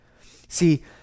See